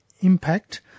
impact